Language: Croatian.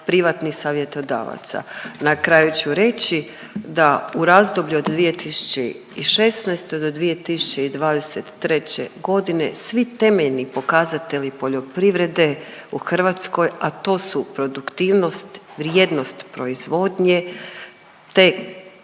privatnih savjetodavaca. Na kraju ću reći da u razdoblju od 2016. do 2023. g. svi temeljni pokazateli poljoprivrede u Hrvatskoj, a to su produktivnost, vrijednost proizvodnje te